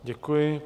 Děkuji.